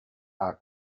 are